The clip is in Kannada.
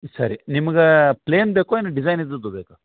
ಸರಿ ನಿಮ್ಗೆ ಪ್ಲೇನ್ ಬೇಕೋ ಏನು ಡಿಸೈನ್ ಇದ್ದದ್ದು ಬೇಕೋ